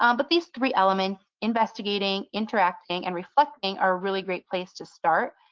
um but these three elements investigating, interacting and reflecting are really great place to start.